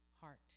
heart